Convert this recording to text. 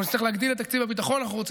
אנחנו נצטרך להגדיל את תקציב הביטחון.